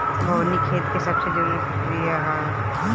बोअनी खेती के सबसे जरूरी प्रक्रिया हअ